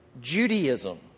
Judaism